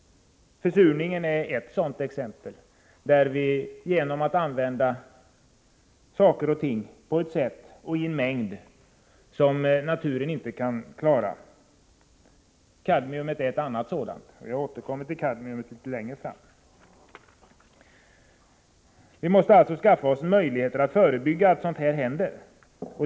Försurningen är ett sådant exempel, där vi har använt olika produkter i en mängd som naturen inte kunnat klara. Kadmium är ett annat sådant exempel, och jag återkommer till kadmium litet längre fram. Vi måste alltså skaffa oss möjligheter att förebygga skador på miljön.